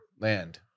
Land